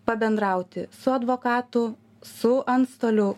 pabendrauti su advokatu su antstoliu